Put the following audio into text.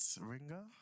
Ringer